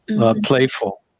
playful